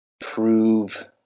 prove